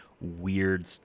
weird